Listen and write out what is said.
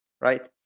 right